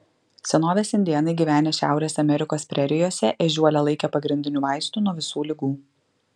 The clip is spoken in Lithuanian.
senovės indėnai gyvenę šiaurės amerikos prerijose ežiuolę laikė pagrindiniu vaistu nuo visų ligų